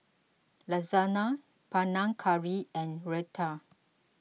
Lasagna Panang Curry and Raita